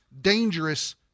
dangerous